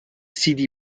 sidi